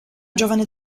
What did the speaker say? giovane